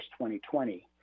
2020